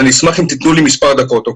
אשמח אם תתנו לי מספר דקות.